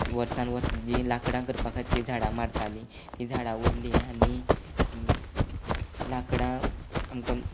वर्सान वर्स जीं लाकडां करपा खातीर झाडां मारतालीं तीं झाडां उरलीं आनी लाकडां आमकां